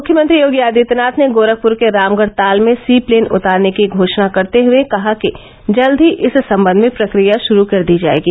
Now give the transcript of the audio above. मुख्यमंत्री योगी आदित्यनाथ ने गोरखपूर के रामगढ़ ताल में सी प्लेन उतारने का घोषणा करते हुए कहा कि जल्द ही इस संबंध में प्रक्रिया शुरू कर दी जाएगी